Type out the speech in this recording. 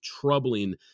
troubling